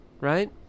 Right